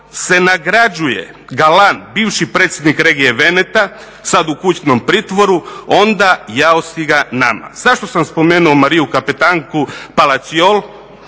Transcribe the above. se nagrađuje Galan, bivši predsjednik regije Veneta, sad u kućnom pritvoru, onda jao si ga nama. Zašto sam spomenuo Mariu kapetanku Palaciol,